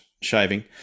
shaving